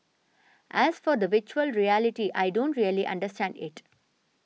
as for the Virtual Reality I don't really understand it